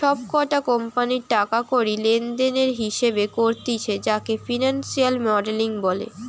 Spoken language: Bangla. সব কটা কোম্পানির টাকা কড়ি লেনদেনের হিসেবে করতিছে যাকে ফিনান্সিয়াল মডেলিং বলে